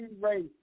race